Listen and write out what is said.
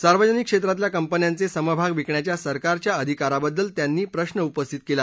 सार्वजनिक क्षेत्रातल्या कंपन्यांचे समभाग विकण्याच्या सरकारच्या अधिकाराबद्दल त्यांनी प्रश्न उपस्थित केला